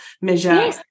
measure